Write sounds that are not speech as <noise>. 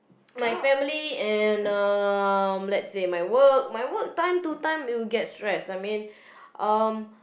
<noise> my family and um let's see my work my work time to time it will get stressed I mean um